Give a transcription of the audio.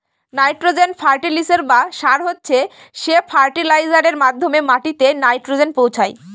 nitrogen ফার্টিলিসের বা সার হচ্ছে সে ফার্টিলাইজারের মাধ্যমে মাটিতে নাইট্রোজেন পৌঁছায়